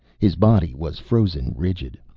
his body was frozen rigid.